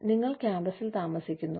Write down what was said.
അതിനാൽ നിങ്ങൾ ക്യാമ്പസിൽ താമസിക്കുന്നു